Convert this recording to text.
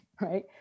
right